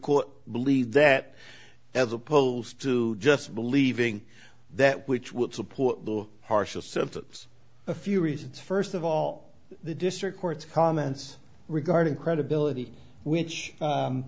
court believe that as opposed to just believing that which would support the harshness of a few reasons first of all the district courts comments regarding credibility